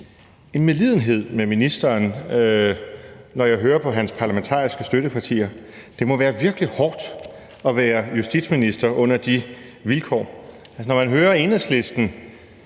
– medlidenhed med ministeren, når jeg hører på hans parlamentariske støttepartier. Det må være virkelig hårdt at være justitsminister under de vilkår. Altså, når man hører Enhedslisten